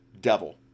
devil